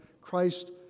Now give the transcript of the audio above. Christ